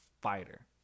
fighter